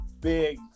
big